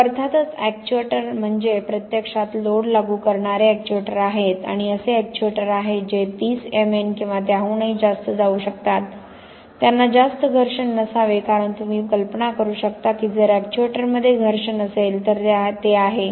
मग अर्थातच एक्च्युएटर म्हणजे प्रत्यक्षात लोड लागू करणारे एक्च्युएटर आहेत आणि असे एक्च्युएटर आहेत जे 30 MN किंवा त्याहूनही जास्त जाऊ शकतात त्यांना जास्त घर्षण नसावे कारण तुम्ही कल्पना करू शकता की जर एक्च्युएटरमध्ये घर्षण असेल तर ते आहे